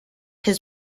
his